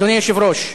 אדוני היושב-ראש,